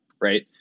Right